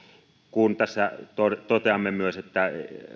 kun tässä toteamme myös että